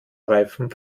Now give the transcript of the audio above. reifen